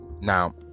Now